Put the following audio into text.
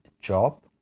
job